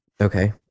okay